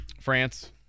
France